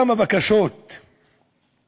כמה בקשות שהפנינו,